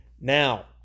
Now